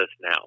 now